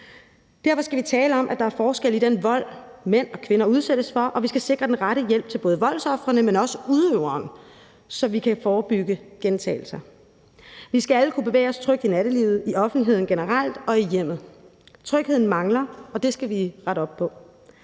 Derfor skal vi tale om, at der er forskel på den vold, mænd og kvinder udsættes for, og vi skal sikre den rette hjælp til både voldsofrene, men også udøverne, så vi kan forebygge gentagelser. Vi skal alle kunne bevæge os trygt i nattelivet, i offentligheden generelt og i hjemmet. Trygheden mangler, og det skal vi rette op på.